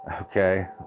okay